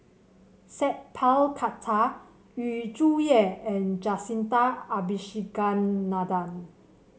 Sat Pal Khattar Yu Zhuye and Jacintha Abisheganaden